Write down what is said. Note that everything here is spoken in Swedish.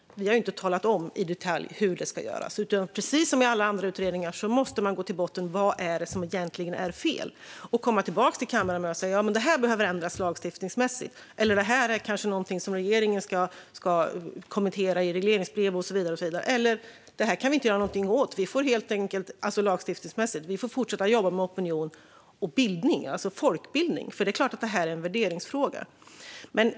Vi har inte talat om i detalj hur det ska göras. Precis som i alla andra utredningar måste man gå till botten med vad det är som egentligen är fel. Sedan får man komma tillbaka till kammaren och säga att något behöver ändras i lagstiftningen eller att det kanske är något som regeringen ska kommentera i regleringsbrev. Eller också får man säga att detta är någonting som man inte kan göra någonting åt i lagstiftningen utan att man får fortsätta att jobba med opinion och bildning, alltså folkbildning. För det är klart att detta är en värderingsfråga.